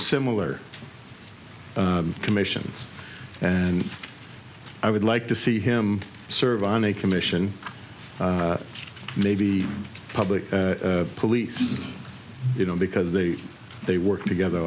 similar commissions and i would like to see him serve on a commission maybe public police you know because they they work together